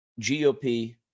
GOP